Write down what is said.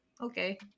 okay